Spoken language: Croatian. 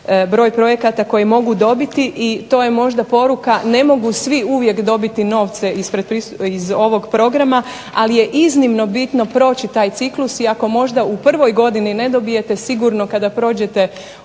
broj projekata koje mogu dobiti i to je možda poruka ne mogu svi uvijek dobiti novce iz ovog programa, ali je iznimno bitno proći taj ciklus i ako možda u prvoj godini ne dobijete, sigurno kada prođete